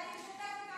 ואני משתפת איתם פעולה.